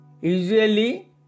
usually